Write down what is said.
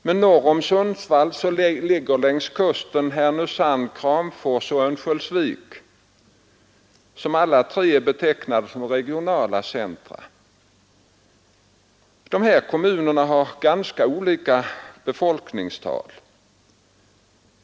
Men norr om Sundsvall ligger längs kusten Härnösand, Kramfors och Örnsköldsvik, som alla tre är betecknade som regionala centra. Dessa kommuner har ganska olika befolkningstal.